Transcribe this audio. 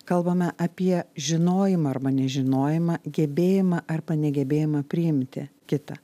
kalbame apie žinojimą arba nežinojimą gebėjimą arba negebėjimą priimti kitą